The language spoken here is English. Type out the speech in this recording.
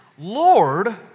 Lord